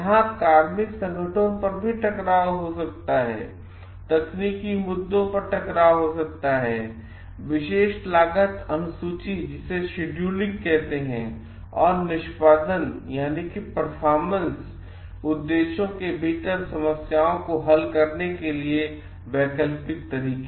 यहाँ कार्मिक संसाधनों पर भी टकराव हो सकता है तकनीकी मुद्दों पर टकराव जैसे विशेष लागत अनुसूची उद्देश्यों के भीतर समस्याओं को हल करने के वैकल्पिक तरीके